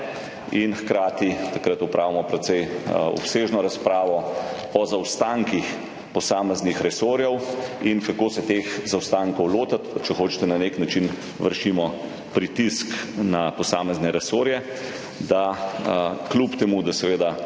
in hkrati takrat opravimo precej obsežno razpravo o zaostankih posameznih resorjev in kako se teh zaostankov lotiti. Če hočete, na nek način vršimo pritisk na posamezne resorje. Kljub temu da je,